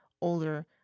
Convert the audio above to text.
older